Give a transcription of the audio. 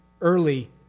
early